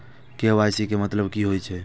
KYC के मतलब कि होई छै?